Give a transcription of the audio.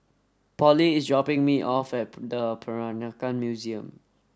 Pollie is dropping me off at Peranakan Museum